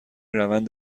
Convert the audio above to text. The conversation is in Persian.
روند